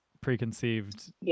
preconceived